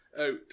out